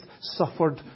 suffered